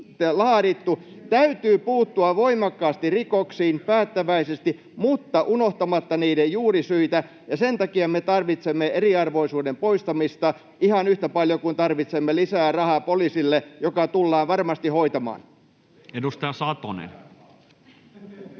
täytyy puuttua voimakkaasti, päättäväisesti mutta unohtamatta niiden juurisyitä, ja sen takia me tarvitsemme eriarvoisuuden poistamista ihan yhtä paljon kuin tarvitsemme lisää rahaa poliisille, mikä tullaan varmasti hoitamaan. Edustaja Satonen.